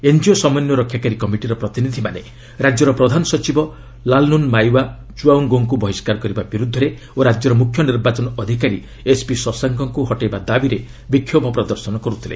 NGO ସମନ୍ୱୟ ରକ୍ଷାକାରୀ କମିଟିର ପ୍ରତିନିଧ୍ମାନେ ରାଜ୍ୟର ପ୍ରଧାନ ସଚିବ ଲାଲ୍ନୁନ୍ମାଓ୍ୱିଆ ଚୁଆଉଙ୍ଗୋଙ୍କୁ ବହିଷ୍କାର କରିବା ବିରୁଦ୍ଧରେ ଓ ରାଜ୍ୟର ମୁଖ୍ୟ ନିର୍ବାଚନ ଅଧିକାରୀ ଏସ୍ବି ଶଶାଙ୍କଙ୍କୁ ହଟେଇବା ଦାବିରେ ବିକ୍ଷୋଭ ଚଳେଇଥିଲେ